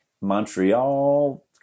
Montreal